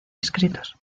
escritos